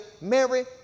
Mary